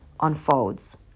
unfolds